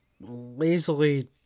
lazily